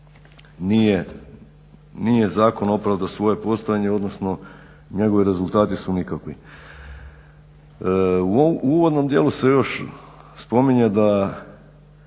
nije zakon opravdao svoje postojanje, odnosno njegovi rezultati su nikakvi. U uvodnom dijelu se još spominje da